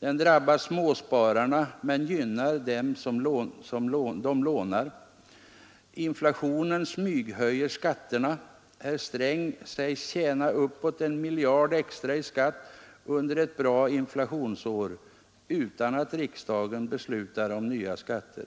Den drabbar småspararna men gynnar dem som lånar. Inflationen smyghöjer skatterna. Herr Sträng sägs tjäna uppåt en miljard extra i skatt under ett bra inflationsår utan att riksdagen beslutar om nya skatter.